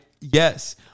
Yes